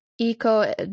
Eco